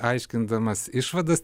aiškindamas išvadas